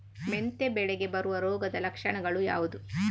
ಮೆಂತೆ ಬೆಳೆಗೆ ಬರುವ ರೋಗದ ಲಕ್ಷಣಗಳು ಯಾವುದು?